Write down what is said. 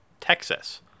Texas